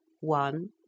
One